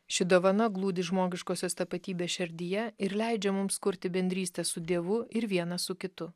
ši dovana glūdi žmogiškosios tapatybės šerdyje ir leidžia mums kurti bendrystę su dievu ir vienas su kitu